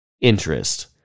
interest